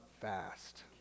fast